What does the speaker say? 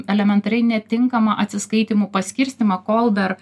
elementariai netinkamą atsiskaitymų paskirstymą kol dar